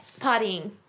Partying